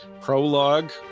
prologue